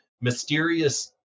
mysterious